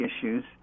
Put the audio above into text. issues